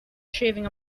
shaving